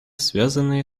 связанные